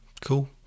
cool